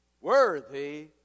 worthy